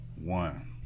One